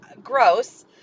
gross